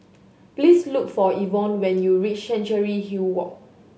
please look for Yvonne when you reach Chancery Hill Walk